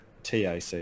TAC